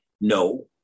No